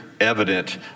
evident